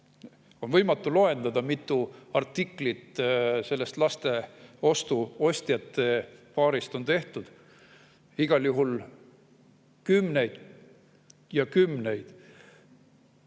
On võimatu loendada, mitu artiklit sellest lasteostjate paarist on tehtud, igal juhul kümneid ja kümneid